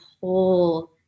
whole